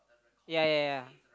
ya ya